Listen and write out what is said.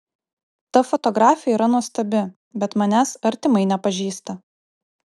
ta fotografė yra nuostabi bet manęs artimai nepažįsta